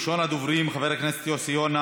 ראשון הדוברים חבר הכנסת יוסי יונה.